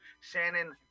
Shannon